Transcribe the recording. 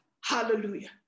hallelujah